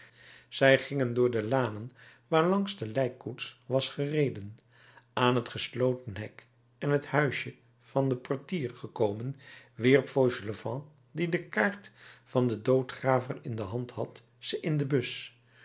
zij gingen door de lanen waarlangs de lijkkoets was gereden aan het gesloten hek en het huisje van den portier gekomen wierp fauchelevent die de kaart van den doodgraver in de hand had ze in de bus